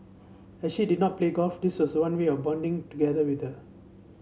as she did not play golf this was one way of bonding together with her